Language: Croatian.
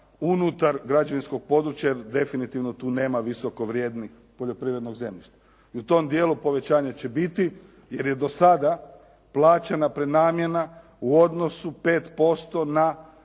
unutar građevinskog područja jer definitivno tu nema visokovrijednih poljoprivrednih zemljišta. I u tom dijelu povećanje će biti jer je do sada plaćena prenamjena u odnosu 5% na